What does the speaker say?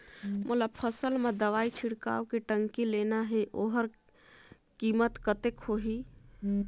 मोला फसल मां दवाई छिड़काव के टंकी लेना हे ओकर कीमत कतेक होही?